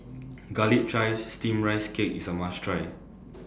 Garlic Chives Steamed Rice Cake IS A must Try